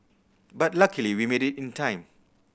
but luckily we made it in time